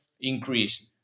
increase